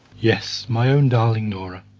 yes, my own darling nora.